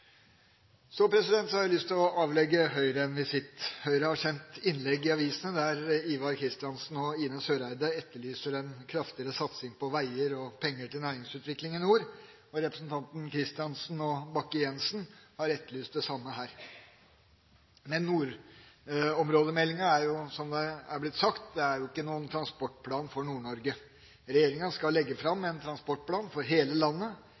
Så har jeg lyst til å avlegge Høyre en visitt. Høyre har sendt inn innlegg til avisene, der Ivar Kristiansen og Ine M. Eriksen Søreide etterlyser en kraftigere satsing på veier og penger til næringsutvikling i nord, og representantene Kristiansen og Bakke-Jensen har etterlyst det samme her. Men nordområdemeldinga er jo, som det er blitt sagt, ikke noen transportplan for Nord-Norge. Regjeringa skal legge fram en transportplan for hele landet